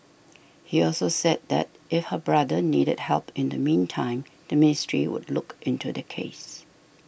he also said that if her brother needed help in the meantime the ministry would look into the case